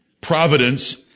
providence